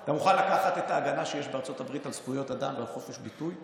אתה מוכן לקחת את ההגנה שיש בארצות הבית על זכויות אדם ועל חופש ביטוי?